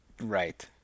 Right